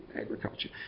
agriculture